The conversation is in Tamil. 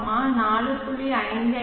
6 4